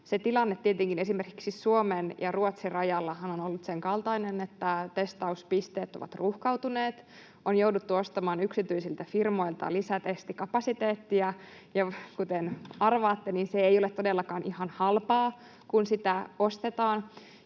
tilannehan tietenkin esimerkiksi Suomen ja Ruotsin rajalla on ollut sen kaltainen, että testauspisteet ovat ruuhkautuneet, on jouduttu ostamaan yksityisiltä firmoilta lisätestikapasiteettia, ja, kuten arvaatte, se ei ole todellakaan ihan halpaa, kun sitä ostetaan,